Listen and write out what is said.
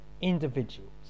individuals